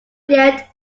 yet